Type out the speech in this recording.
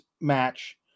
match